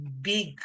big